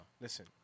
listen